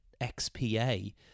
XPA